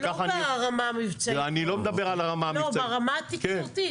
לא ברמה המבצעית, ברמה התקשורתית.